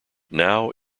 now